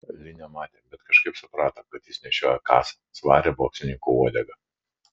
li nematė bet kažkaip suprato kad jis nešioja kasą svarią boksininkų uodegą